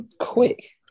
quick